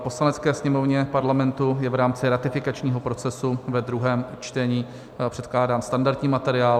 Poslanecké sněmovně Parlamentu je v rámci ratifikačního procesu ve druhém čtení předkládán standardní materiál.